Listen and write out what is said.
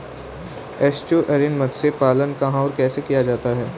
Estuarine मत्स्य पालन कहां और कैसे किया जाता है?